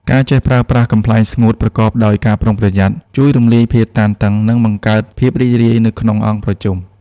ការចេះប្រើប្រាស់ "កំប្លែងស្ងួត" ប្រកបដោយការប្រុងប្រយ័ត្ន ជួយរំលាយភាពតានតឹង និងបង្កើតភាពរីករាយនៅក្នុងអង្គប្រជុំ។